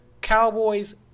Cowboys